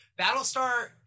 Battlestar